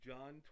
John